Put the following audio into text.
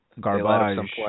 Garbage